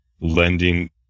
lending